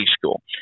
school